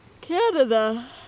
Canada